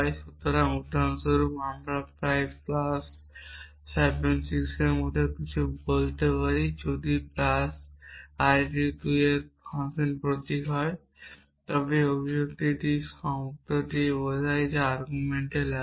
সুতরাং উদাহরণস্বরূপ আমি প্লাস 7 6 এর মত কিছু বলতে পারি যদি প্লাস আরিটি 2 এর একটি ফাংশন প্রতীক হয় তবে এই অভিব্যক্তিটি শব্দটিকে বোঝায় যা আর্গুমেন্টে লাগে